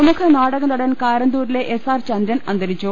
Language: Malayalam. പ്രമുഖ നാടകനടൻ കാരന്തൂരിലെ എസ്ആർ ചന്ദ്രൻ അന്തരി ച്ചു